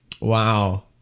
Wow